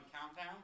countdown